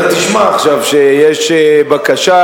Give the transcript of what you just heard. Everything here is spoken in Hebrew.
אז אתה תשמע עכשיו שיש בקשה.